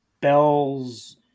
Bells